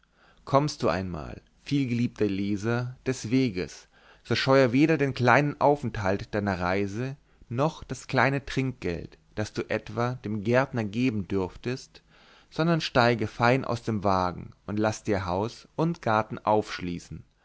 kommst du einmal vielgeliebter leser des weges so scheue weder den kleinen aufenthalt deiner reise noch das kleine trinkgeld das du etwa dem gärtner geben dürftest sondern steige fein aus dem wagen und laß dir haus und garten aufschließen